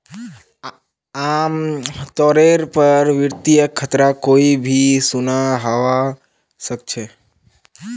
आमतौरेर पर वित्तीय खतरा कोई भी खुना हवा सकछे